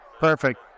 Perfect